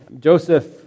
Joseph